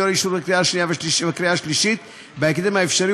לאישור בקריאה שנייה ובקריאה שלישית בהקדם האפשרי,